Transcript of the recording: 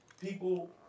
people